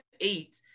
eight